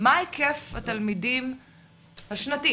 מה היקף התלמידים השנתי